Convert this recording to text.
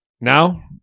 now